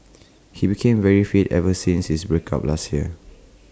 he became very fit ever since his break up last year